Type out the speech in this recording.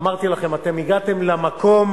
אמרתי לכם: אתם הגעתם למקום